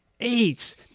Eight